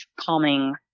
calming